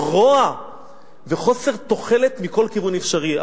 רוע וחוסר תוחלת מכל כיוון אפשרי.